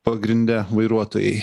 pagrinde vairuotojai